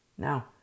Now